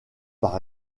par